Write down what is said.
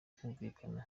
kumvikana